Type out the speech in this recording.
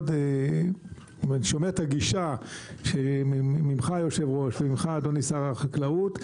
אני שומע את הגישה ממך היושב-ראש וממך אדוני שר החקלאות,